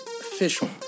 official